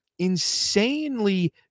insanely